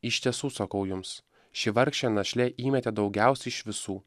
iš tiesų sakau jums ši vargšė našlė įmetė daugiausia iš visų